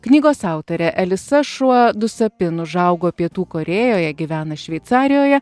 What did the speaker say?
knygos autorė elisa šua dusapin užaugo pietų korėjoje gyvena šveicarijoje